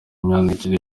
imyandikire